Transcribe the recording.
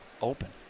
open